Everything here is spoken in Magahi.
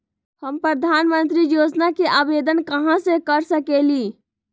हम प्रधानमंत्री योजना के आवेदन कहा से कर सकेली?